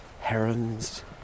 herons